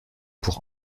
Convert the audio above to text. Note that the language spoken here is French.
pour